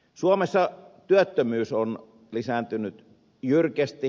suomessa työttömyys on lisääntynyt jyrkästi